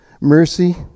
Mercy